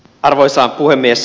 arvoisa puhemies